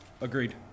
agreed